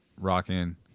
rocking